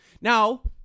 Now